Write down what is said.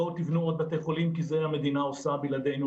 בואו תבנו עוד בתי חולים כי את זה המדינה עושה בלעדינו,